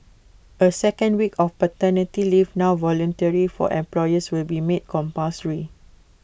A second week of paternity leave now voluntary for employers will be made compulsory